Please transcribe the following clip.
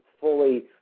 fully –